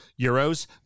Euros